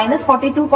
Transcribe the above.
7 angle 42